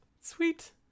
Sweet